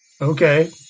Okay